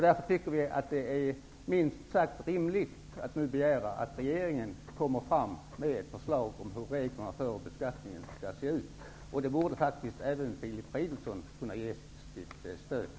Därför är det minst sagt rimligt att nu begära att regeringen kommer med förslag om hur reglerna för beskattningen skall se ut. Detta borde faktiskt även Filip Fridolfsson kunna stödja.